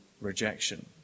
rejection